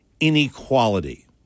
Inequality